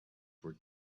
were